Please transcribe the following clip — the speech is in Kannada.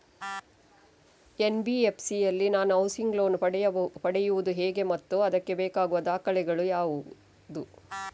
ಎನ್.ಬಿ.ಎಫ್.ಸಿ ಯಲ್ಲಿ ನಾನು ಹೌಸಿಂಗ್ ಲೋನ್ ಪಡೆಯುದು ಹೇಗೆ ಮತ್ತು ಅದಕ್ಕೆ ಬೇಕಾಗುವ ದಾಖಲೆ ಯಾವುದು?